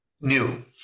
New